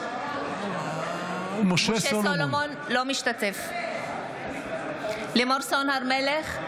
אינו משתתף בהצבעה לימור סון הר מלך,